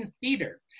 Theater